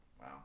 Wow